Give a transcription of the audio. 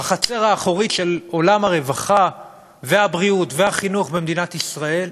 בחצר האחורית של עולם הרווחה והבריאות והחינוך במדינת ישראל,